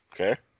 Okay